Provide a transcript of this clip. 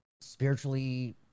spiritually